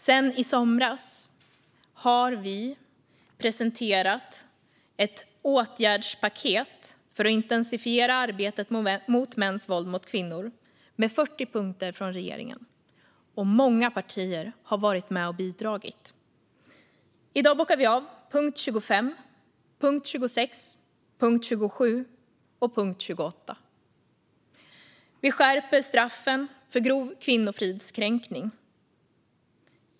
Regeringen har presenterat ett åtgärdspaket med 40 punkter för att intensifiera arbetet mot mäns våld mot kvinnor, och många partier har varit med och bidragit. I dag bockar vi av punkterna 25, 26, 27 och 28. Vi skärper straffen för grov kvinnofridskränkning.